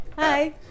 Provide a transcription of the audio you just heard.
Hi